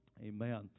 Amen